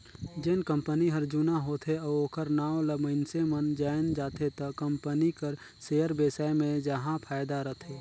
जेन कंपनी हर जुना होथे अउ ओखर नांव ल मइनसे मन जाएन जाथे त कंपनी कर सेयर बेसाए मे जाहा फायदा रथे